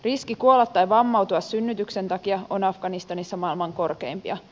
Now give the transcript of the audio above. riski kuolla tai vammautua synnytyksen takia on afganistanissa maailman korkeimpia